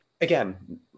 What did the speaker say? again